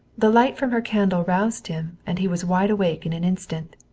the light from her candle roused him and he was wide awake in an instant.